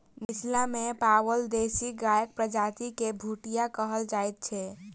मिथिला मे पाओल देशी गायक प्रजाति के भुटिया कहल जाइत छै